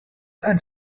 and